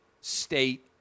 state